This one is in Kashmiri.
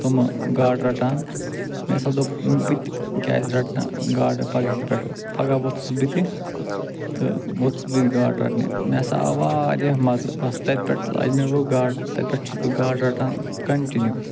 یِم گاڑٕ رٹان مےٚ ہسا دوٚپ بہِ تہِ کیٚازِ ڑٹنہٕ ٲں گاڑٕ پگہٕکۍ پٮ۪ٹھ پگاہ ووٚتھُس بہٕ تہِ تہٕ ووٚتھُس بہٕ تہِ گاڑٕ رٹنہِ مےٚ ہسا آو واریاہ مزٕ بس تتہِ پٮ۪ٹھ لاجہِ مےٚ وۄنۍ گاڑٕ تتہِ پٮ۪ٹھ چھُس بہٕ گاڑٕ رٹان کنٹِنِو